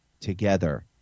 together